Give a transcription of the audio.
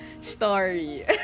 story